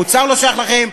האוצר לא שייך לכם,